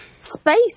Space